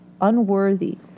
unworthy